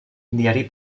diari